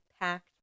packed